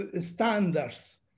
standards